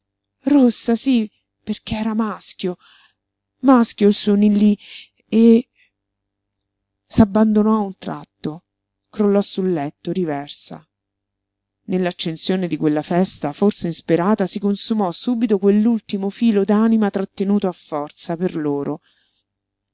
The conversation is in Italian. rossa sí perché era maschio maschio il suo nillí e s'abbandonò a un tratto crollò sul letto riversa nell'accensione di quella festa forse insperata si consumò subito quell'ultimo filo d'anima trattenuto a forza per loro